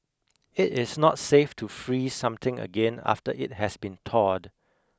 it is not safe to freeze something again after it has been thawed